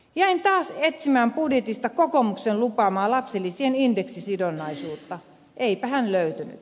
jäin taas etsimään budjetista kokoomuksen lupaamaa lapsilisien indeksisidonnaisuutta eipähän löytynyt